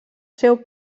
seu